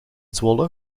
zwolle